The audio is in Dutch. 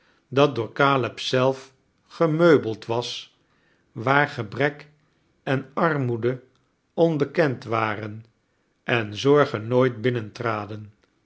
dat door caleb zelf gemeubeld was waar gebrek en armoede onbekend waren en zorgen nooit